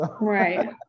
Right